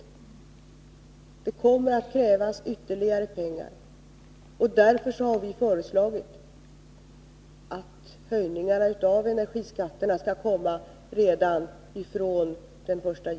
Det kommer att krävas ytterligare pengar. Därför har vi föreslagit att höjningar av energiskatterna skall gälla redan från den 1 juli 1983.